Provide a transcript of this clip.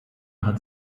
hat